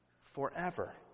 forever